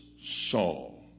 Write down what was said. Saul